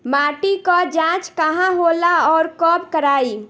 माटी क जांच कहाँ होला अउर कब कराई?